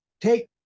Take